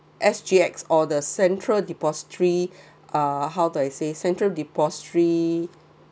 S_G_X or the central depository uh how to I say central depository